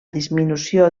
disminució